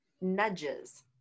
nudges